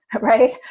right